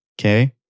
okay